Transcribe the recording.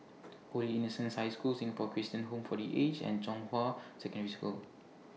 Holy Innocents' High School Singapore Christian Home For The Aged and Zhonghua Secondary School